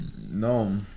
No